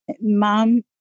mom